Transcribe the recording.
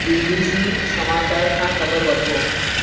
B B C समाचार खां ख़बर वठो